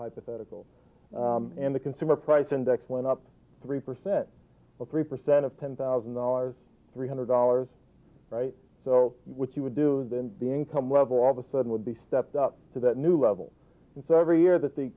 hypothetical and the consumer price index went up three percent or three percent of ten thousand dollars three hundred dollars right so what you would do is then the income level of a sudden would be stepped up to that new level and so every year that the